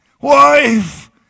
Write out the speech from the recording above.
Wife